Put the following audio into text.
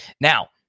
Now